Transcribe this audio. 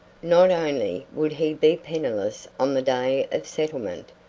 not only would he be penniless on the day of settlement,